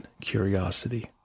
curiosity